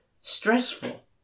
stressful